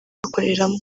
bakoreramo